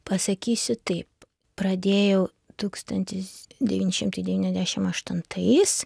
pasakysiu taip pradėjau tūkstantis devyni šimtai devyniasdešimt aštuntais